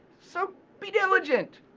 so be diligent.